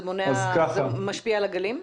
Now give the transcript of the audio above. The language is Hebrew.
זה משפיע על הגלים?